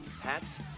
hats